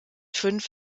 fünf